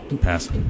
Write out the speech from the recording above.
Pass